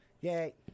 Yay